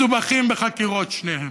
מסובכים בחקירות שניהם.